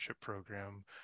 program